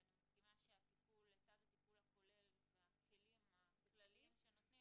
ואני מסכימה שלצד הטיפול הכולל והכלים הכלליים שנותנים,